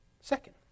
second